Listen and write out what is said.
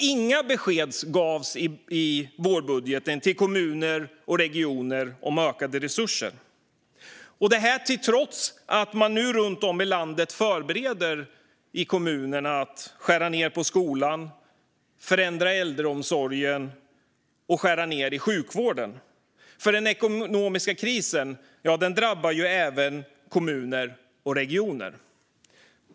Inga besked gavs heller till kommuner och regioner om ökade resurser, trots att man nu i kommuner runt om i landet förbereder för att skära ned på skolan, förändra äldreomsorgen och skära ned i sjukvården. Den ekonomiska krisen drabbar ju även kommuner och regioner.